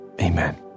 amen